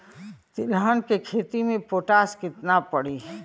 तिलहन के खेती मे पोटास कितना पड़ी?